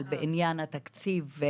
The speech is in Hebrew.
בעניין התקציב?